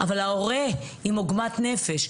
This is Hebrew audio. אבל ההורה עם עוגמת נפש.